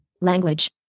language